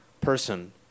person